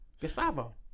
Gustavo